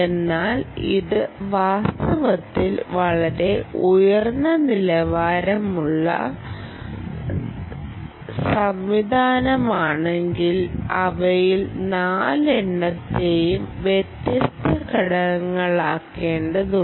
എന്നാൽ ഇത് വാസ്തവത്തിൽ വളരെ ഉയർന്ന നിലവാരമുള്ള സംവിധാനമാണെങ്കിൽ അവയിൽ 4 എണ്ണത്തെയും വ്യത്യസ്ത ഘടകങ്ങളാക്കേണ്ടതുണ്ട്